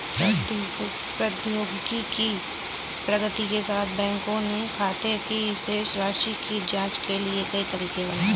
प्रौद्योगिकी की प्रगति के साथ, बैंकों ने खाते की शेष राशि की जांच के लिए कई तरीके बनाए है